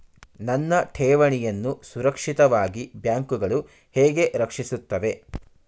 ನನ್ನ ಠೇವಣಿಯನ್ನು ಸುರಕ್ಷಿತವಾಗಿ ಬ್ಯಾಂಕುಗಳು ಹೇಗೆ ರಕ್ಷಿಸುತ್ತವೆ?